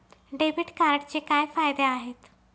Debit कार्डचे काय फायदे आहेत?